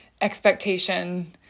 expectation